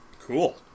cool